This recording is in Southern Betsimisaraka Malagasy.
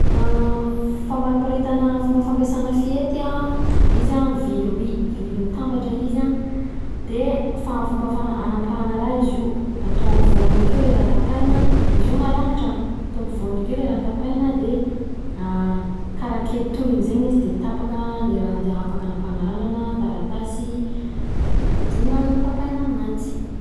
Famariparitana fomba fampiasana fihety an izy an vy roy, vy roy mitambatra izy an, de fomba fa- hanapahana raha izy io, atao ampovoniny akeo le raha de tapahina, izy io marangitra, atao ampovoniny akeo ilay raha tapahanina de, karaha ketohina zegny izy de tapaka ilay raha afaka hanapahana randrana, taratasy, zegny raha azonao tapahina aminanjy.